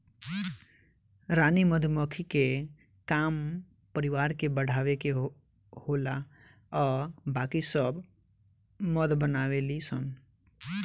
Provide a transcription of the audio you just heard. रानी मधुमक्खी के काम परिवार के बढ़ावे के होला आ बाकी सब मध बनावे ली सन